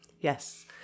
Yes